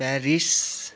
Paris